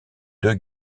deux